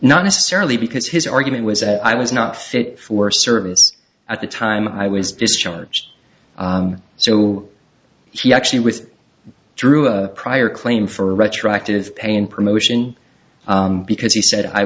not necessarily because his argument was that i was not fit for service at the time i was discharged so he actually with drew a prior claim for retroactive pay and promotion because he said i